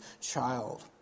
child